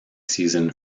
season